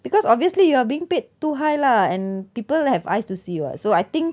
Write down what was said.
because obviously you are being paid too high lah and people have eyes to see [what] so I think